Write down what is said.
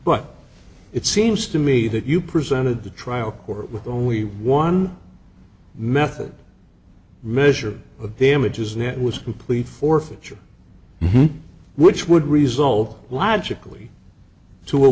but it seems to me that you presented the trial court with only one method measure of damages and that was complete forfeiture which would result logically to a